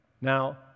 Now